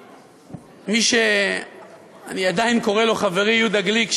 מי שאני עדיין קורא לו חברי יהודה גליק,